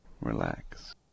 Relax